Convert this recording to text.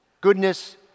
goodness